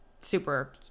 super